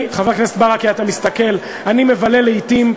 חבר הכנסת ברכה, אתה מסתכל, אני מבלה לעתים,